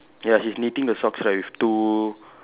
ya he's knitting the socks right with the two